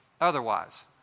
Otherwise